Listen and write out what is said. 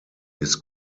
his